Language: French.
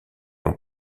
ont